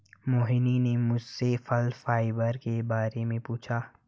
मोहिनी ने मुझसे फल फाइबर के बारे में पूछा